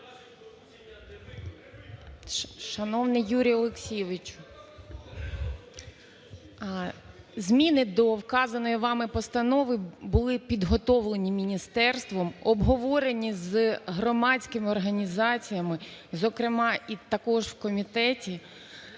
Шановний Юрію Олексійовичу, зміни до вказаної вами постанови були підготовлені міністерством, обговорені з громадськими організаціями зокрема і також в комітеті,